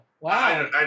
Wow